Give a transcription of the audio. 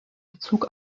bezug